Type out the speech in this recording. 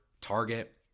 target